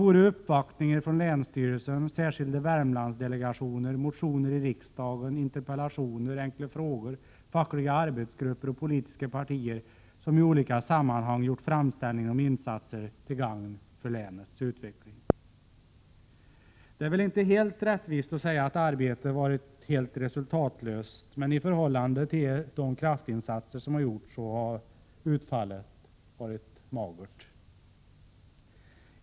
I uppvaktningar från länsstyrelsen, från särskilda Värmlandsdelegationer, i motioner i riksdagen, i interpellationer och i enkla frågor samt från fackliga arbetsgrupper och politiska partier har i olika sammanhang gjorts framställningar om insatser till gagn för länets utveckling. Det är väl inte helt rättvist att säga att arbetet varit resultatlöst, men i förhållande till de gjorda kraftinsatserna har utfallet varit magert.